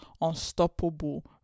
unstoppable